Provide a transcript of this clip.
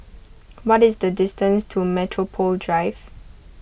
what is the distance to Metropole Drive